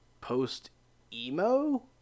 post-emo